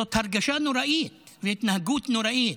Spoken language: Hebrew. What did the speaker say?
זאת הרגשה נוראית והתנהגות נוראית.